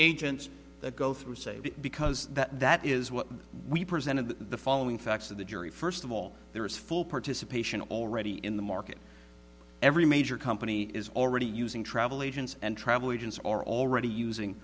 agents that go through say because that is what we presented the following facts of the jury first of all there is full participation already in the market every major company is already using travel agents and travel agents are already using